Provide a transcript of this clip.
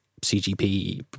CGP